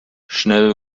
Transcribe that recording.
schnell